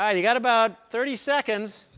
and you got about thirty seconds.